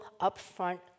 upfront